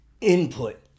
input